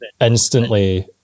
instantly